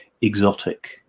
exotic